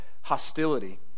hostility